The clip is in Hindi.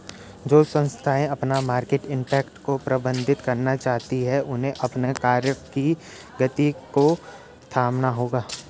जो संस्थाएं अपना मार्केट इम्पैक्ट को प्रबंधित करना चाहती हैं उन्हें अपने कार्य की गति को थामना होगा